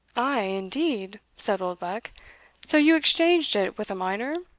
ay! indeed? said oldbuck so you exchanged it with a miner?